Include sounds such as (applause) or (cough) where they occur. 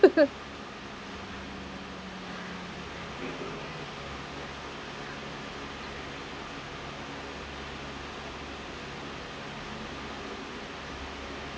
(laughs)